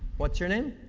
what's your name?